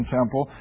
Temple